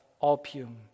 opium